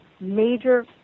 major